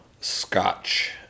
scotch